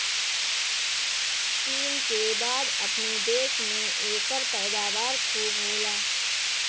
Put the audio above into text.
चीन के बाद अपनी देश में एकर पैदावार खूब होला